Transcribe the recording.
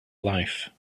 life